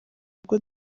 ubwo